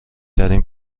ترین